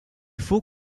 faut